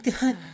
God